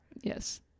Yes